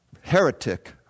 Heretic